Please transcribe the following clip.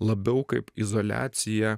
labiau kaip izoliacija